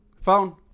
Phone